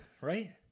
Right